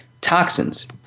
Toxins